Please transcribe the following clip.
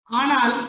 anal